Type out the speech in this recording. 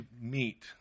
meet